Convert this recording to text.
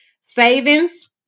savings